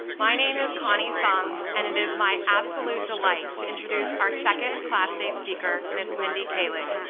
my name is connie sung, and it is my absolute delight to introduce our second class day speaker, ms. mindy kaling.